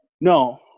no